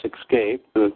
escape